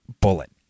bullet